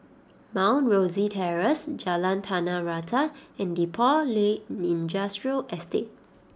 Mount Rosie Terrace Jalan Tanah Rata and Depot Lane Industrial Estate